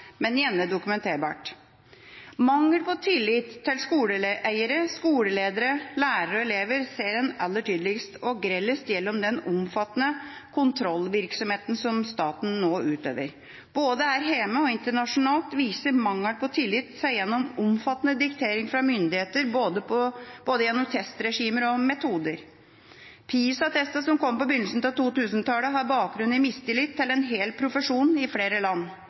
men gjerne dokumenterbart. Mangel på tillit til skoleeiere, skoleledere, lærere og elever ser en aller tydeligst og grellest gjennom den omfattende kontrollvirksomheten som staten nå utøver. Både her hjemme og internasjonalt viser mangel på tillit seg gjennom omfattende diktering fra myndigheter gjennom både testregimer og metoder. PISA-testene, som kom på begynnelsen av 2000-tallet, har bakgrunn i mistillit til en hel profesjon i flere land.